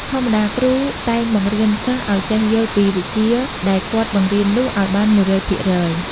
ធម្មតា គ្រូតែងបង្រៀនសិស្សឲ្យចេះយល់ពីវិជ្ជាដែលគាត់បង្រៀននោះ ឲ្យបាន១០០ភាគរយ ។